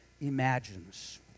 imagines